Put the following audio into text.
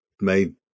made